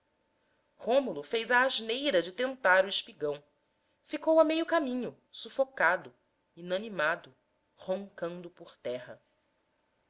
rômulo fez a asneira de tentar o espigão ficou a meio caminho sufocado inanimado roncando por terra